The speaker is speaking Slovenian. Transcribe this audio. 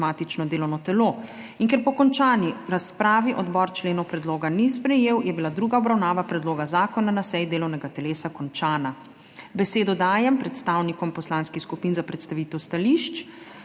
kot matično delovno telo in ker po končani razpravi odbor členov predloga ni sprejel, je bila druga obravnava predloga zakona na seji delovnega telesa končana. Besedo dajem predstavnikom poslanskih skupin za predstavitev stališč.